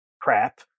crap